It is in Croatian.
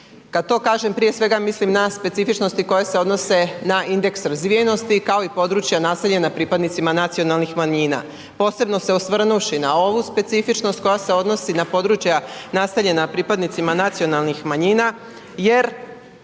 kad to kažem prije svega mislim na specifičnosti koje se odnose na indeks razvijenosti kao i područja naseljena pripadnicima nacionalnih manjina, posebno se osvrnuvši na ovu specifičnost koja se odnosi na područja nastanjena pripadnicima nacionalnih manjina. Jer